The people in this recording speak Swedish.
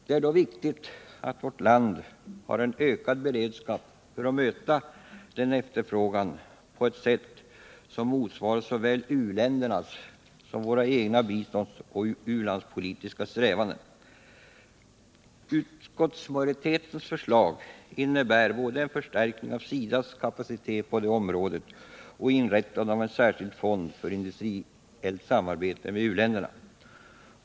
Det är då viktigt att vårt land har en ökad beredskap för att möta den efterfrågan på ett sätt som motsvarar såväl u-ländernas som våra egna biståndsoch utrikespolitiska strävanden. Utskottsmajoritetens förslag innebär både en förstärkning av SIDA:s kapacitet på detta område och inrättandet av en särskild fond för industriellt samarbete med u-länderna.